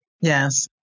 Yes